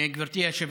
גברתי היושבת-ראש,